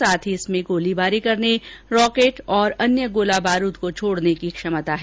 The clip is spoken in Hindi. साथ ही इसमें गोलाबारी करने रॉकेट और अन्य गोला बारूद को छोडने की क्षमता है